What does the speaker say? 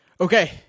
okay